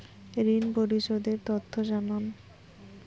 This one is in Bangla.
ঋন পরিশোধ এর তথ্য জানান